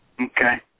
Okay